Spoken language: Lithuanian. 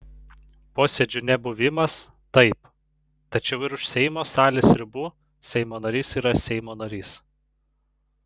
posėdžių nebuvimas taip tačiau ir už seimo salės ribų seimo narys yra seimo narys